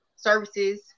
Services